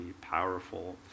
powerful